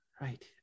right